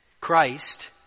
Christ